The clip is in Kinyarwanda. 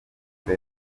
buri